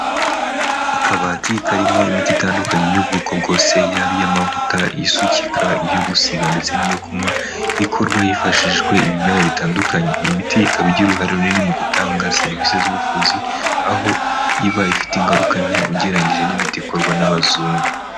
Akabati karimo imiti itandukanye y'ubwoko bwose yaba iy'amavuta, isukika, iyo gusiga ndetse n'iyo kunywa, ikorwa hifashijwe ibimera bitandukanye. Iyi miti ikaba igira uruhare runini mu gutanga serivisi z'ubuvuzi, aho iba ifite ingaruka nke ugereranyije n'imiti ikorwa n'abazungu.